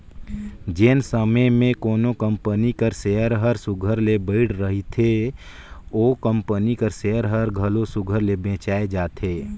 जेन समे में कोनो कंपनी कर सेयर हर सुग्घर बइढ़ रहथे ओ कंपनी कर सेयर हर घलो सुघर ले बेंचाए जाथे